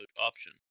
option